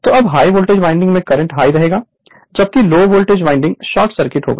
तो अब high voltage winding में करंट हाई रहेगा जबकि low voltage winding short circuit होगा